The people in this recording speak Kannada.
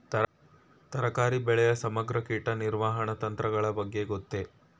ತರಕಾರಿ ಬೆಳೆಯ ಸಮಗ್ರ ಕೀಟ ನಿರ್ವಹಣಾ ತಂತ್ರಗಳ ಬಗ್ಗೆ ಗೊತ್ತೇ?